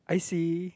I see